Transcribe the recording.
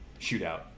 shootout